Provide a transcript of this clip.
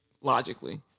logically